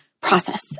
process